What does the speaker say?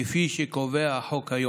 כפי שקובע החוק היום.